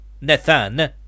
Nathan